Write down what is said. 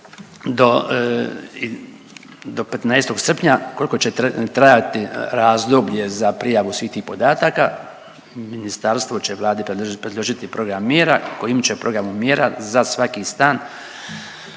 do 15. srpnja koliko će trajati razdoblje za prijavu svih tih podataka ministarstvo će Vladi predložiti program mjera kojim će programom mjera za svaki stan